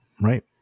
Right